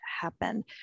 happen